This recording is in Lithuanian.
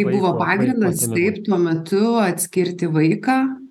tai buvo pagrindas taip tuo metu atskirti vaiką